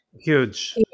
Huge